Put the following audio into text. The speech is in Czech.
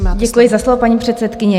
Děkuji za slovo, paní předsedkyně.